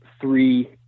three